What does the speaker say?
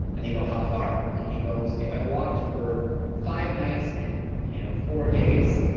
and they go how far? and he goes, if i walked for five nights and you know four days,